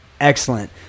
excellent